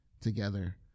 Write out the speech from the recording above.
together